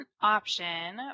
option